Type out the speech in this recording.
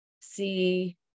see